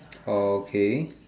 okay